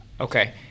Okay